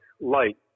light